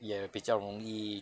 也比较容易